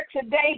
today